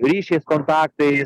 ryšiais kontaktais